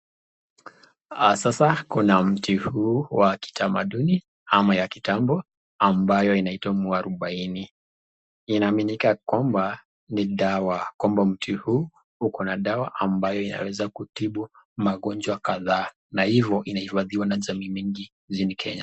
Sasa kuna mti huu wa kitamaduni ama kitambo ambayo inaitwa mwarubaini. Inaaminika kwamba ni dawa, kwamba mti huu uko na dawa ambaye inaweza kutibu magonjwa kadhaa, na hivyo inahifadhiwa na jamii mingi nchini Kenya.